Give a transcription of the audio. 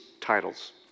titles